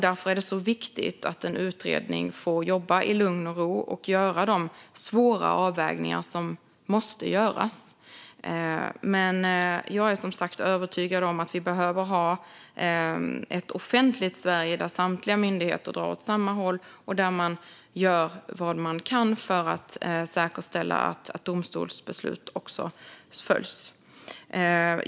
Därför är det viktigt att en utredning får jobba i lugn och ro och göra de svåra avvägningar som måste göras. Jag är som sagt övertygad om att det behövs ett offentligt Sverige där samtliga myndigheter drar åt samma håll och där man gör vad man kan för att säkerställa att domstolsbeslut följs.